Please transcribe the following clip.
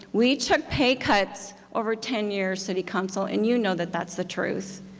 we took pay cuts over ten years, city council, and you know that that's the truth,